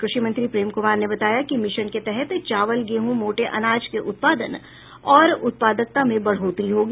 कृषि मंत्री प्रेम कुमार ने बताया कि मिशन के तहत चावल गेहूँ मोटे अनाज के उत्पादन और उत्पादकता में बढ़ोतरी होगी